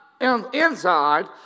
inside